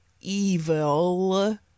evil